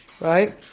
right